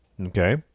Okay